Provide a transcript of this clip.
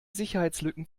sicherheitslücken